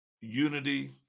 unity